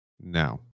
now